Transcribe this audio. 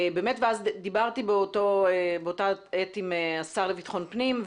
דיברתי עם השר לביטחון פנים.